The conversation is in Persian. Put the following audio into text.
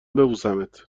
ببوسمت